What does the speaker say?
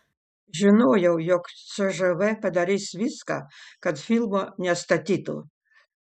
žinojau jog cžv padarys viską kad filmo nestatytų